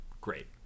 Great